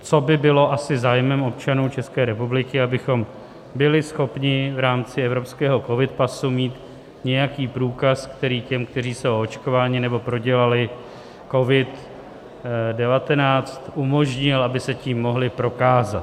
Co by bylo asi zájmem občanů České republiky, abychom byli schopni v rámci evropského covidpasu mít nějaký průkaz, který by těm, kteří jsou očkováni nebo prodělali COVID19, umožnil, aby se tím mohli prokázat.